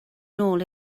nôl